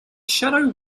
shadow